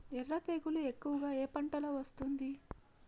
ఎర్ర తెగులు ఎక్కువగా ఏ పంటలో వస్తుంది?